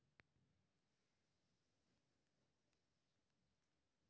हम आपन गैस के बिल केना जमा करबे?